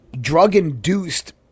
drug-induced